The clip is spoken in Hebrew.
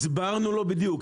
הסברנו לו בדיוק,